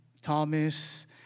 Thomas